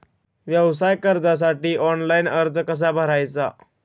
व्यवसाय कर्जासाठी ऑनलाइन अर्ज कसा भरायचा?